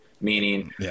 Meaning